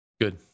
Good